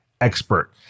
expert